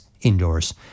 indoors